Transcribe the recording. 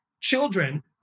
children